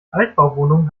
altbauwohnungen